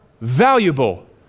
valuable